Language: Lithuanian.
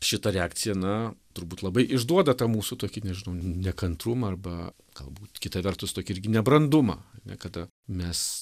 šita reakcija na turbūt labai išduoda tą mūsų tokį nežinau nekantrumą arba galbūt kita vertus tokį irgi nebrandumą ar ne kada mes